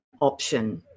option